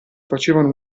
facevano